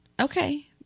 Okay